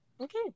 Okay